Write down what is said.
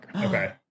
Okay